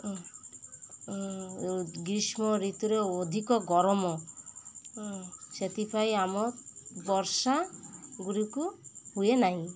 ଗ୍ରୀଷ୍ମ ଋତୁରେ ଅଧିକ ଗରମ ସେଥିପାଇଁ ଆମ ବର୍ଷା ଗୁଡ଼ିକୁ ହୁଏ ନାହିଁ